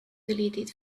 deleted